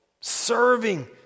serving